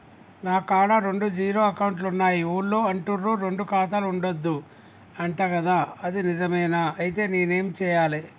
నా కాడా రెండు జీరో అకౌంట్లున్నాయి ఊళ్ళో అంటుర్రు రెండు ఖాతాలు ఉండద్దు అంట గదా ఇది నిజమేనా? ఐతే నేనేం చేయాలే?